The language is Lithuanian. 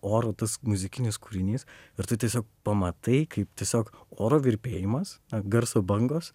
oru tas muzikinis kūrinys ir tu tiesiog pamatai kaip tiesiog oro virpėjimas na garso bangos